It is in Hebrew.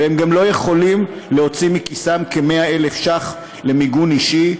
וגם לא יכולים להוציא מכיסם כ-100,000 ש"ח למיגון אישי,